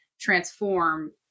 transform